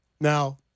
Now